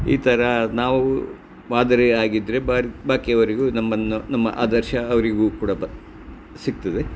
ಈ ಥರ ನಾವು ಮಾದರಿಯಾಗಿದ್ದರೆ ಬರ್ ಬಾಕಿಯವರಿಗೂ ನಮ್ಮನ್ನು ನಮ್ಮ ಆದರ್ಶ ಅವರಿಗೂ ಕೂಡ ಬ ಸಿಗ್ತದೆ